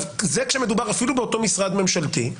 זה כשמדובר אפילו באותו משרד ממשלתי,